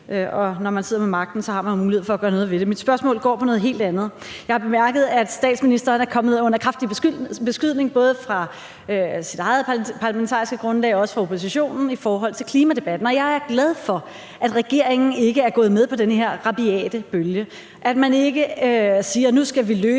og når man sidder med magten, har man jo mulighed for at gøre noget ved det. Men mit spørgsmål går på noget helt andet. Jeg har bemærket, at statsministeren er kommet under kraftig beskydning, både fra sit eget parlamentariske grundlag og også fra oppositionen, i forhold til klimadebatten. Jeg er glad for, at regeringen ikke er gået med på den her rabiate bølge, og at man ikke siger, at nu skal vi løse